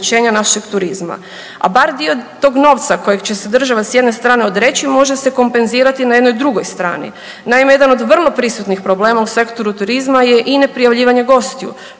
našeg turizma. A bar dio tog novca kojeg će se država s jedne strane odreći može se kompenzirati na jednoj drugoj strani. Naime, jedan od vrlo prisutnih problema u sektoru turizma je i ne prijavljivanje gostiju